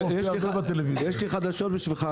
יש לי חדשות בשבילך.